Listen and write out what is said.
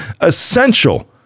essential